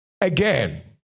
again